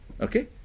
okay